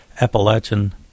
Appalachian